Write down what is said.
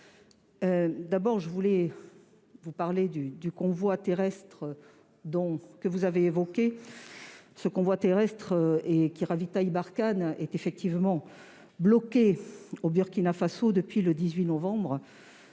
y mène. Je souhaite vous parler d'abord du convoi terrestre que vous avez évoqué. Ce convoi, qui ravitaille Barkhane, est effectivement bloqué au Burkina Faso depuis le 18 novembre.